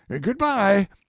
goodbye